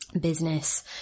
business